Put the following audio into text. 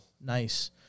Nice